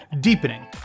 deepening